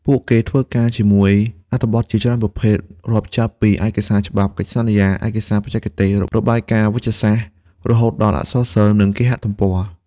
ពួកគេធ្វើការជាមួយអត្ថបទជាច្រើនប្រភេទ រាប់ចាប់ពីឯកសារច្បាប់ កិច្ចសន្យា ឯកសារបច្ចេកទេស របាយការណ៍វេជ្ជសាស្ត្រ រហូតដល់អក្សរសិល្ប៍ និងគេហទំព័រ។